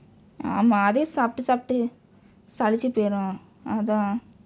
அதே சாப்பிட்டு சாப்பிட்டு சலிச்சு பெயரும் அதான்:athee saappitdu sappitdu salichsu peyarum athaan